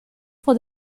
for